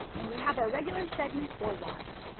and we have our regular segment, board watch.